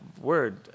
word